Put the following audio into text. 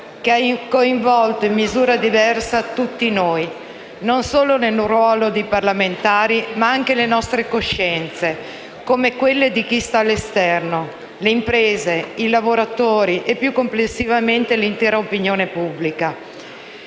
che ha coinvolto, in misura diversa, tutti noi non solo nel ruolo di parlamentari, ma anche le nostre coscienze, come quelle di chi sta all'esterno (imprese, lavoratori e, più complessivamente, l'intera opinione pubblica).